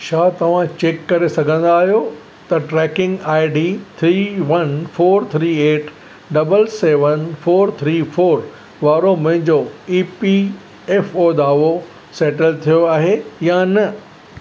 छा तव्हां चेक करे सघंदा आहियो त tracking I D three one four three eight double seven four three four वारो मुंहिंजो ई पी एफ ओ दावो सेटल थियो आहे या न